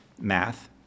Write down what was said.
math